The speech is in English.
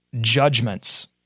judgments